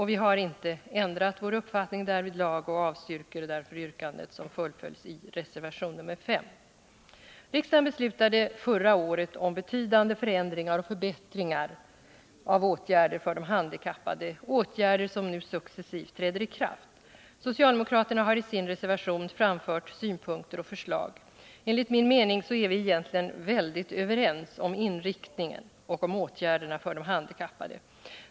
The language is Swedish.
Vi har inte ändrat vår uppfattning därvidlag och avstyrker därför yrkandet som fullföljs i reservation nr 5. Riksdagen beslutade förra året om betydande förändringar och förbättringar av åtgärder för de handikappade, åtgärder som nu successivt träder i kraft. Socialdemokraterna har i sin reservation framfört synpunkter och förslag. Enligt min mening är vi egentligen väldigt överens om inriktningen och om åtgärderna för de handikappade.